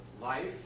life